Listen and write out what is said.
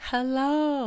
Hello